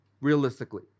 realistically